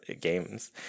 games